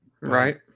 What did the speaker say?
Right